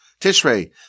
Tishrei